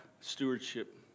stewardship